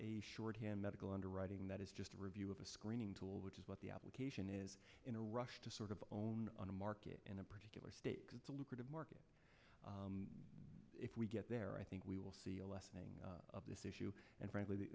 a shorthand medical underwriting that is just a review of a screening tool which is what the application is in a rush to sort of own on a market in a particular state because it's a lucrative market if we get there i think we will see a lessening of this issue and frankly